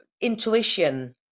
intuition